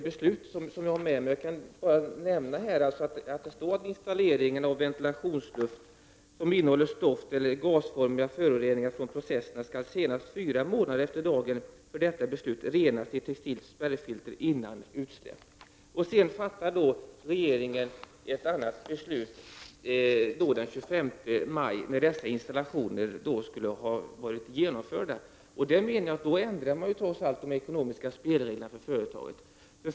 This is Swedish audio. Det står i beslutet att ”ventilationsluft som innehåller stoft eller gasformiga föroreningar från processerna skall senast fyra månader efter dagen för detta beslut renas i textilspärrfilter innan utsläpp”. Regeringen fattade ett annat beslut den 25 maj då installationerna skulle ha varit genomförda. Man ändrade trots allt då de ekonomiska spelreglerna för företaget.